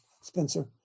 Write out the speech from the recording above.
Spencer